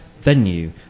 venue